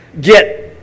get